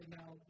now